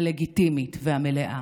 הלגיטימית והמלאה,